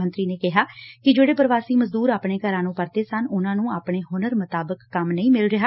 ਮੰਤਰੀ ਨੇ ਕਿਹਾ ਕਿ ਜਿਹੜੇ ਪੁਵਾਸੀ ਮਜਦੁਰ ਆਪਣੇ ਘਰਾਂ ਨੂੰ ਪਰਤੇ ਸਨ ਉਬੇ ਉਨਾਂ ਨੂੰ ਆਪਣੇ ਹੁਨਰ ਮੁਤਾਬਿਕ ਕੰਮ ਨਹੀਂ ਰਿਹਾ